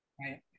right